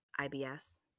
IBS